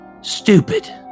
stupid